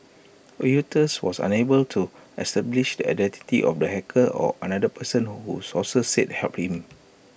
Reuters was unable to establish the identity of the hacker or another person who sources said helped him